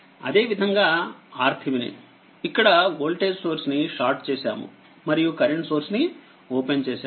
అదేవిధంగాRTheveninఇక్కడ voltage source ని short చేసాము మరియు కరెంట్ సోర్స్ ని ఓపెన్ చేసాము